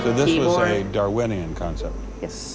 this was a darwinian concept. yes.